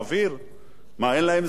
מה, אין להם זכויות כעובדים?